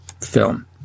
film